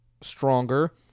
stronger